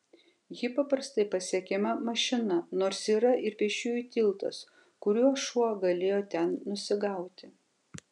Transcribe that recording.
ji paprastai pasiekiama mašina nors yra ir pėsčiųjų tiltas kuriuo šuo galėjo ten nusigauti